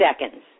seconds